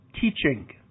teaching